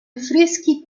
affreschi